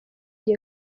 kuri